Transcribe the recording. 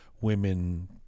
women